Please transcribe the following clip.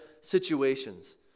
situations